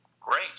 Great